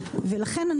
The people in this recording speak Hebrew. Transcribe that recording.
ולכן,